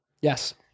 Yes